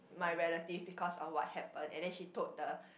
my relative because of what happened and then she told the